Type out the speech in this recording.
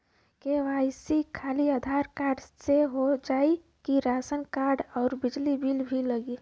KYC खाली Aadhaar card से हो जाए कि राशन कार्ड अउर बिजली बिल भी लगी?